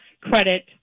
credit